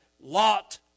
Lot